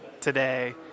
today